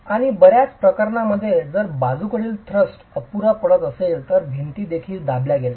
आणि बर्याच प्रकरणांमध्ये जर बाजूकडील थ्रस्ट अपुरा पडत असेल तर भिंती देखील दबल्या गेल्या